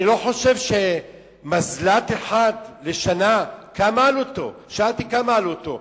אני לא חושב שמזל"ט אחד לשנה, שאלתי כמה עלותו.